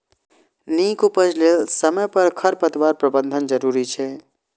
नीक उपज लेल समय पर खरपतवार प्रबंधन जरूरी छै